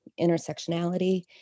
intersectionality